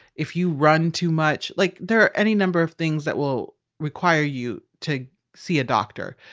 if you run too much, like there are any number of things that will require you to see a doctor.